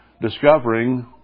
discovering